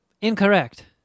incorrect